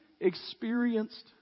experienced